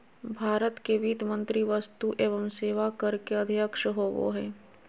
भारत के वित्त मंत्री वस्तु एवं सेवा कर के अध्यक्ष होबो हइ